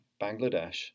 Bangladesh